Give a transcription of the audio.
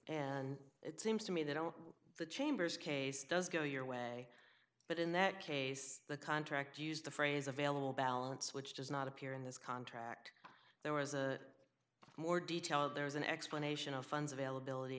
and it seems to me they don't the chamber's case does go your way but in that case the contract used the phrase available balance which does not appear in this contract there was a more detail there was an explanation of funds availability